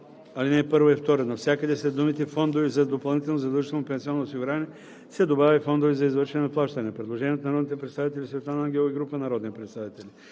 ал. 1 и 2 навсякъде след думите „фондове за допълнително задължително пенсионно осигуряване“ се добавя „и фондове за извършване на плащания“.“ Предложение от народния представител Светлана Ангелова и група народни представители